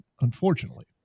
unfortunately